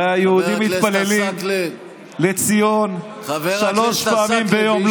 הרי היהודים מתפללים לציון שלוש פעמים ביום,